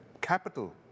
capital